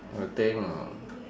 I think uh